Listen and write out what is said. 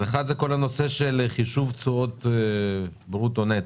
אז אחת זה כל הנושא של חישוב תשואות ברוטו נטו.